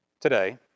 today